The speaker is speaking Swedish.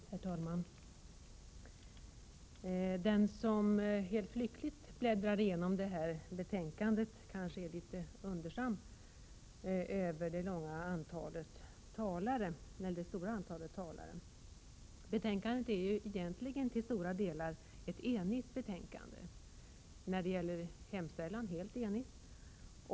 Herr talman! Den som helt flyktigt bläddrar igenom det här betänkandet kanske blir litet fundersam över det stora antalet talare i debatten. Betänkandet är ju till stora delar ett enigt betänkande — när det gäller hemställan helt enigt.